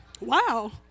Wow